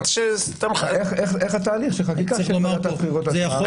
איך התהליך של חקיקה שוועדת הבחירות יזמה.